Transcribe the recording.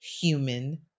human